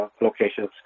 locations